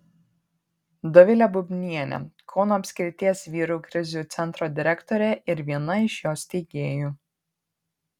dovilė bubnienė kauno apskrities vyrų krizių centro direktorė ir viena iš jo steigėjų